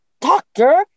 Doctor